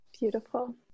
Beautiful